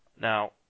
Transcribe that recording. Now